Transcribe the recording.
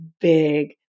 big